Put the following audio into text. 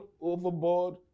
overboard